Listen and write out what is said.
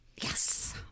Yes